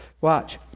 Watch